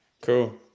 Cool